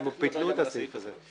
הם ביטלו את הסעיף הזה.